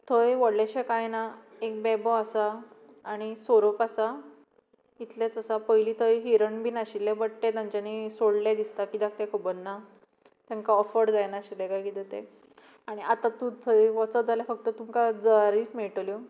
थंय व्हडलेंशें कांय ना एक बेबो आसा आनी सोरोप आसा इतलेंच आसा पयलीं थंय हिरण बीन आशिल्ले बट ते तांच्यांनीं सोडले दिसता कित्याक तें खबर ना तेंका अफोर्ड जायनाशिल्ले काय कितें तें आनी आतां तूं थंय वचत जाल्यार फक्त तुमकां जळारीच मेळटल्यो